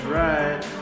right